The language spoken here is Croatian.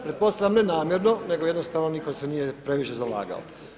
Pretpostavljam ne namjerno, nego jednostavno nitko se nije previše zalagao.